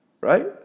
right